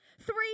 Three